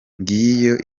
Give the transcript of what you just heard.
ngiyo